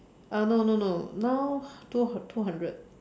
uh no no no now two two hundred